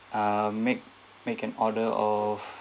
uh make make an order of